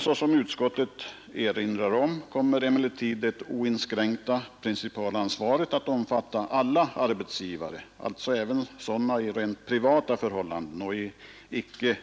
Såsom utskottet erinrar om kommer emellertid det oinskränkta principalansvaret att omfatta alla arbetsgivare, alltså även sådana i rent privata förhållanden och i icke